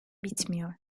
bitmiyor